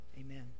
amen